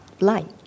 light